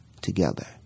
together